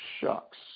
Shucks